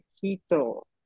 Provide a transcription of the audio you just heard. Quito